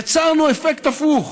יצרנו אפקט הפוך.